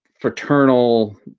fraternal